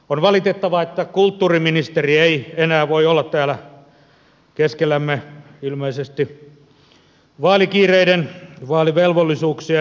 on valitettavaa että kulttuuriministeri ei enää voi olla täällä keskellämme ilmeisesti vaalikiireiden ja kuntavaalivelvollisuuksien vuoksi